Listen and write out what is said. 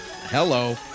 Hello